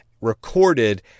recorded